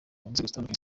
zitandukanye